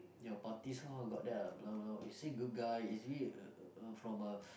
your party so how got that ah blah blah is he good guy is he uh uh uh from a